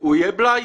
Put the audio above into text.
הוא יהיה בלאי.